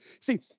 See